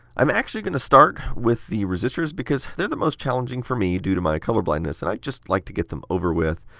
i'm actually going to start with the resistors because they are the most challenging for me due to my color blindness and i'd just like to get them over with.